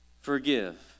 forgive